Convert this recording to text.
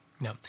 no